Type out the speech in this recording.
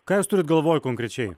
ką jūs turit galvoj konkrečiai